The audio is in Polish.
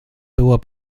było